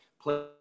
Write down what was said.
play